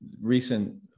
recent